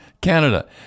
Canada